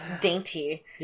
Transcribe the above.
dainty